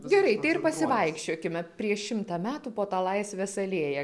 gerai tai ir pasivaikščiokime prieš šimtą metų po tą laisvės alėją